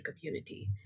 community